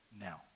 now